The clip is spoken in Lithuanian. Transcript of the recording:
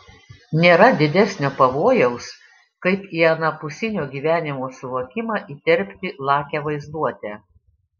nėra didesnio pavojaus kaip į anapusinio gyvenimo suvokimą įterpti lakią vaizduotę